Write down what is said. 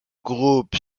groupe